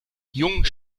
jung